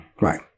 Right